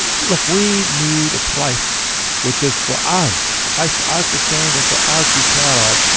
look we need a place which is for us a place for us to stand and for us to be proud um